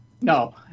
No